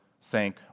sank